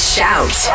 Shout